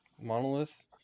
monolith